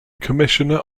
commissioner